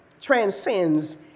transcends